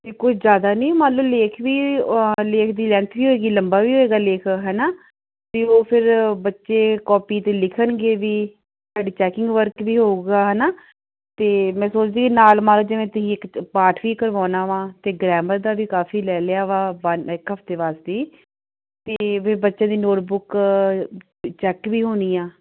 ਇਹ ਕੁਛ ਜ਼ਿਆਦਾ ਨਹੀਂ ਮੰਨ ਲਉ ਲੇਖ ਵੀ ਲੇਖ ਦੀ ਲੈਂਥ ਵੀ ਹੋਏਗੀ ਲੰਬਾ ਵੀ ਹੋਏਗਾ ਲੇਖ ਹੈ ਨਾ ਅਤੇ ਉਹ ਫਿਰ ਬੱਚੇ ਕੋਪੀ 'ਤੇ ਲਿਖਣਗੇ ਸਾਡਾ ਚੈਕਿੰਗ ਵਰਕ ਵੀ ਹੋਊਗਾ ਹੈ ਨਾ ਅਤੇ ਮੈਂ ਸੋਚਦੀ ਨਾਲ ਮੰਨ ਲਉ ਜਿਵੇਂ ਤੁਸੀਂ ਇੱਕ ਪਾਠ ਵੀ ਕਰਵਾਉਣਾ ਵਾ ਅਤੇ ਗ੍ਰੈਮਰ ਦਾ ਵੀ ਕਾਫੀ ਲੈ ਲਿਆ ਵਾ ਵੰ ਇੱਕ ਹਫਤੇ ਵਾਸਤੇ ਅਤੇ ਫਿਰ ਬੱਚੇ ਦੀ ਨੋਟਬੁੱਕ ਚੈੱਕ ਵੀ ਹੋਣੀ ਆ